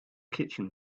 kitchen